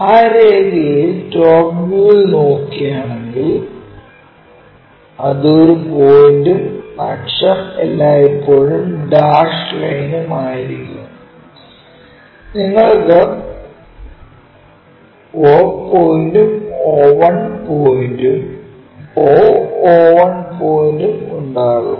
ആ രേഖയിൽ ടോപ് വ്യൂവിൽ നോക്കുകയാണെങ്കിൽ അത് ഒരു പോയിന്റും അക്ഷം എല്ലായ്പ്പോഴും ഡാഷ് ലൈനും ആയിരിക്കും നിങ്ങൾക്ക് o പോയിന്റും o1 പോയിന്റും o o 1 പോയിന്റും ഉണ്ടാകും